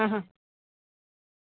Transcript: હ હ